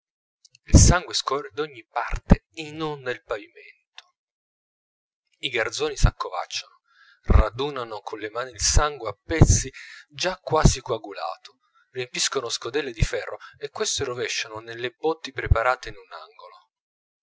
il sangue scorre d'ogni parte e inonda il pavimento i garzoni s'accovacciano radunano con le mani il sangue a pezzi già quasi coagulato riempiscono scodelle di ferro e queste rovesciano nelle botti preparate in un angolo